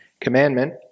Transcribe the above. commandment